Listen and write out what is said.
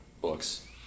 books